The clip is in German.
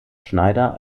schneider